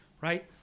right